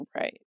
right